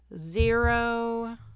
Zero